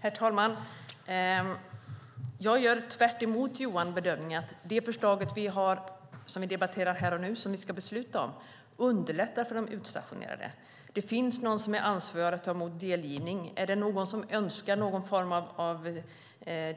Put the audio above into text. Herr talman! Jag gör tvärtemot Johan bedömningen att det förslag som vi debatterar här och nu och som vi ska besluta om underlättar för de utstationerade. Det finns någon som är ansvarig för att ta emot delgivning. Är det någon som önskar någon form av